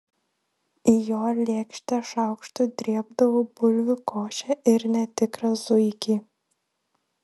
į jo lėkštę šaukštu drėbdavau bulvių košę ir netikrą zuikį